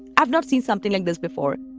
i've not seen something like this before